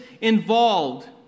involved